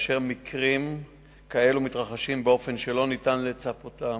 ומקרים כאלה מתרחשים באופן שלא ניתן לצפותם.